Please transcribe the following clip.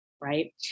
right